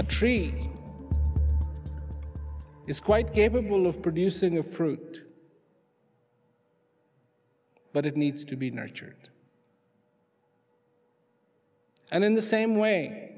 a tree is quite capable of producing a fruit but it needs to be nurtured and in the same way